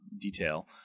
detail